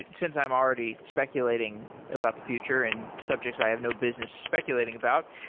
since i'm already speculating about the future and subjects i have no business speculating about,